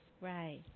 right